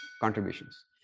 contributions